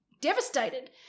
devastated